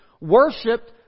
worshipped